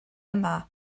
yma